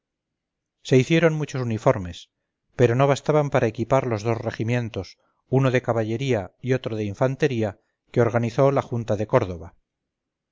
se hicieron muchos uniformes pero no bastaban para equipar los dos regimientos uno de caballería y otro de infanteríaque organizó la junta de córdoba